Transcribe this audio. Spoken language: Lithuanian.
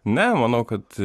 ne manau kad